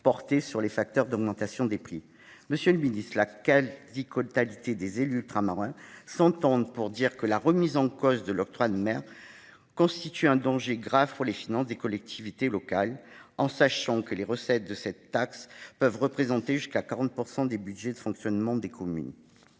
portée sur les facteurs d'augmentation des prix. La quasi-totalité des élus ultramarins s'entend pour considérer que la remise en cause de l'octroi de mer constitue un danger grave pour les finances des collectivités locales, dans la mesure où les recettes de cette taxe peuvent représenter jusqu'à 40 % des budgets de fonctionnement des communes.